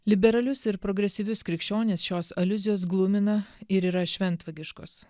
liberalius ir progresyvius krikščionis šios aliuzijos glumina ir yra šventvagiškos